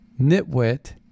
nitwit